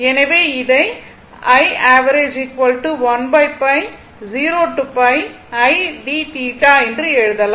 எனவே இதை என்று எழுதலாம்